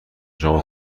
شما